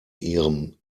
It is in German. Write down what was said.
ihrem